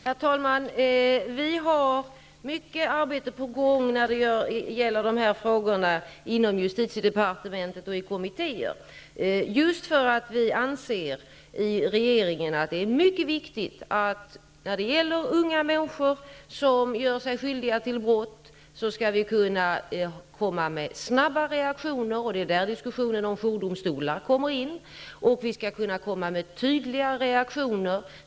Herr talman! Vi har mycket arbete på gång inom justitiedepartementet och i kommittéer när det gäller dessa frågor, just för att vi i regeringen anser att det är mycket viktigt att komma med snabba reaktioner när det är fråga om unga människor som gör sig skyldiga till brott. Det är där diskussionen om jourdomstolar kommer in. Vi skall kunna komma med tydliga reaktioner.